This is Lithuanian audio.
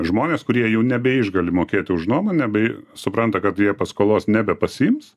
žmonės kurie jau nebeišgali mokėti už nuomą nebei supranta kad jie paskolos nebepasiims